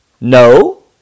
No